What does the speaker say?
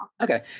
Okay